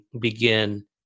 begin